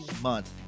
month